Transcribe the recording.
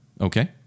Okay